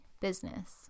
business